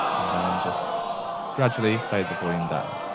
and then just gradually fade the volume down.